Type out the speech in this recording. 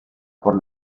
por